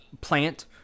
plant